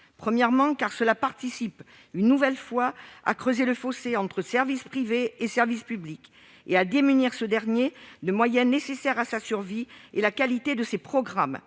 Premièrement, cela contribue une nouvelle fois à creuser le fossé entre secteur privé et service public, et à démunir ce dernier de moyens nécessaires à sa survie et à la qualité de ses programmes.